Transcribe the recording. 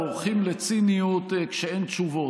בורחים לציניות כשאין תשובות,